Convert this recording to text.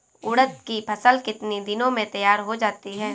उड़द की फसल कितनी दिनों में तैयार हो जाती है?